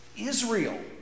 Israel